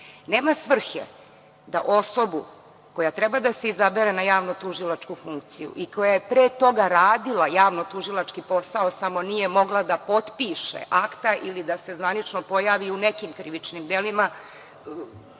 Nema svrhe da osobu koja treba da se izabere na javnotužilačku funkciju i koja je pre toga radila javnotužilački posao samo nije mogla da potpiše akta ili da se zvanično pojavi u nekim krivičnim delima,